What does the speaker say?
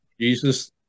jesus